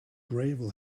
gravel